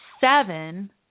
seven